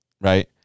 Right